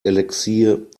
elixier